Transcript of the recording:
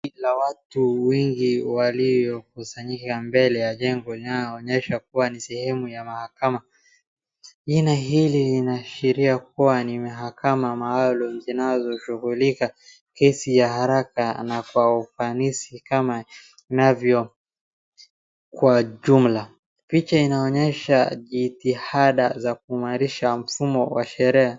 Kundi la watu wengi waliokusanyika mbele ya jengo linaloonyesha kuwa ni sehemu ya mahakama. Jina hili linashiria kuwa ni mahakama maalum zinazoshughulika kesi ya haraka na kwa ufanisi kama inavyokuwa jumla. Picha inaonyesha jitahada za kung'arisha mfumo wa sheria.